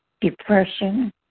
depression